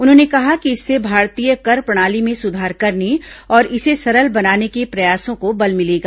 उन्होंने कहा कि इससे भारतीय कर प्रणाली में सुधार करने और इसे सरल बनाने के प्रयासों को बल मिलेगा